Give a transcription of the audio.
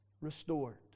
restored